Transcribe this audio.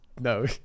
No